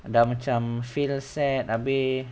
dah macam feel sad habis